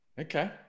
Okay